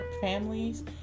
families